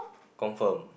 confirm